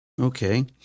Okay